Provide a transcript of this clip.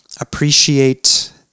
appreciate